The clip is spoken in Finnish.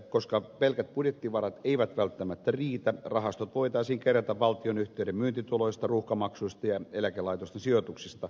koska pelkät budjettivarat eivät välttämättä riitä rahastot voitaisiin kerätä valtionyhtiöiden myyntituloista ruuhkamaksuista ja eläkelaitosten sijoituksista